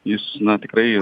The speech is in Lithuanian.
jis na tikrai